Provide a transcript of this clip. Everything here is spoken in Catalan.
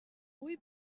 hui